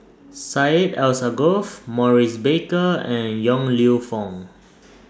Syed Alsagoff Maurice Baker and Yong Lew Foong